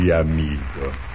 amigo